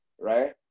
right